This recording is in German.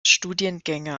studiengänge